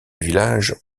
village